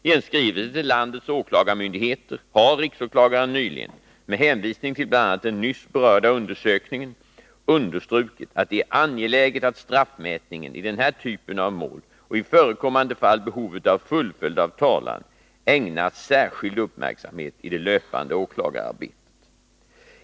I en skrivelse till landets åklagarmyndigheter har riksåklagaren nyligen, med hänvisning till bl.a. den nyss berörda undersökningen, understrukit att det är angeläget att straffmätningen i den här typen av mål och i förekommande fall behovet av fullföljd av talan ägnas särskild uppmärksamhet i det löpande åklagararbetet.